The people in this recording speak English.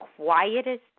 quietest